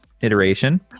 iteration